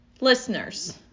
listeners